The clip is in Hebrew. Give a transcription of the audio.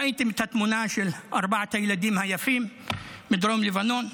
ראיתם את התמונה של ארבעת הילדים היפים מדרום לבנון.